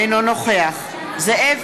אינו נוכח זאב